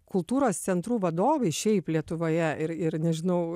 kultūros centrų vadovai šiaip lietuvoje ir ir nežinau